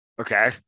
Okay